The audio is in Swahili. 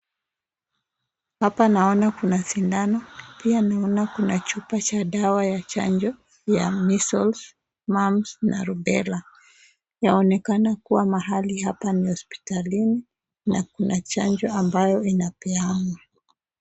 Hapa naona kuna sindano pia naona kuna chupa cha dawa ya chanjo ya measles, mumps na rubela. Yaonekana kuwa mahali hapa ni hospitalini na kuna chanjo ambayo inapeanwa.